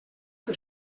que